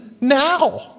now